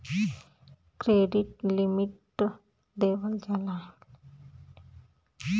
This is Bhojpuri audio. क्रेडिट लिमिट देवल जाला